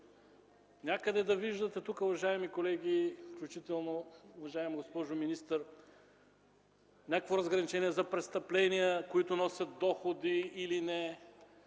Някъде да виждате тук, уважаеми колеги, включително, уважаема госпожо министър, някакво разграничение за престъпления, които носят доходи или не?